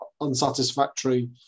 unsatisfactory